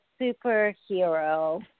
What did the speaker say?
superhero